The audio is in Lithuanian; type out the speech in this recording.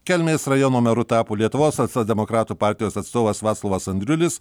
kelmės rajono meru tapo lietuvos socialdemokratų partijos atstovas vaclovas andriulis